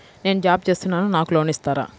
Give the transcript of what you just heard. నేను జాబ్ చేస్తున్నాను నాకు లోన్ ఇస్తారా?